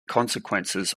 consequences